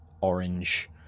orange